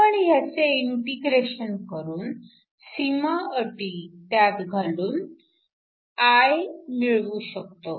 आपण ह्याचे इंटिग्रेशन करून सीमा अटी त्यात घालून I मिळवू शकतो